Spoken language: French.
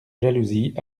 jalousie